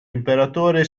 imperatore